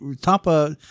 top